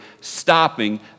stopping